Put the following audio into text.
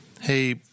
hey